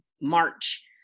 March